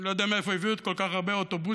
אני לא יודע מאיפה הביאו כל כך הרבה אוטובוסים,